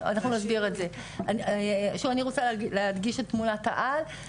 שוב, אני רוצה להדגיש את תמונה העל.